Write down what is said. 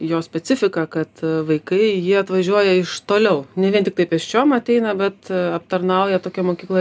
jo specifika kad vaikai jie atvažiuoja iš toliau ne vien tiktai pėsčiom ateina bet aptarnauja tokia mokykla